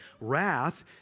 Wrath